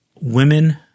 women